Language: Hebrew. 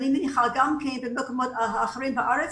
ואני מניחה שגם במקומות אחרים בארץ,